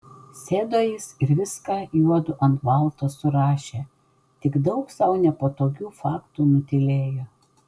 sėdo jis ir viską juodu ant balto surašė tik daug sau nepatogių faktų nutylėjo